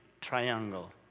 triangle